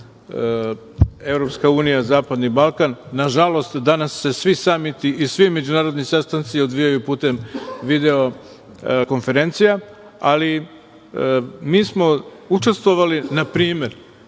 EU – zapadni Balkan, nažalost, danas se svi samiti i svi međunarodni sastanci odvijaju putem video konferencija. Mi smo učestvovali, na primer,